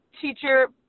teacher